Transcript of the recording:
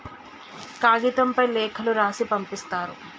కాగితంపై లేఖలు రాసి పంపిస్తారు